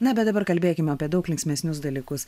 na bet dabar kalbėkime apie daug linksmesnius dalykus